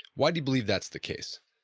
why do you believe that's the case?